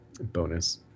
bonus